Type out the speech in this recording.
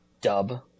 Dub